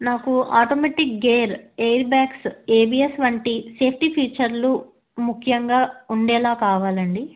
నాకు automatic gear air bags ABS వంటి safety ఫీచర్లు ముఖ్యంగా ఉండేలా కావాలండి